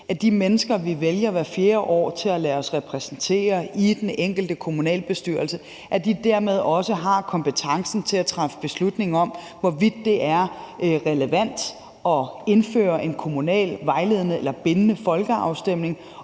at de mennesker, vi vælger hvert fjerde år til at lade os repræsentere i den enkelte kommunalbestyrelse, dermed også har kompetencen til at træffe beslutning om, hvorvidt det er relevant at indføre en kommunal vejledende eller bindende folkeafstemning,